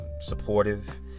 supportive